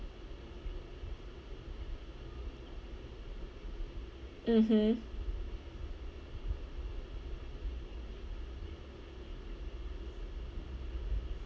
mmhmm